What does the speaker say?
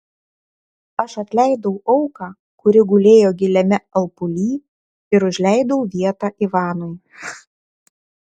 aš atleidau auką kuri gulėjo giliame alpuly ir užleidau vietą ivanui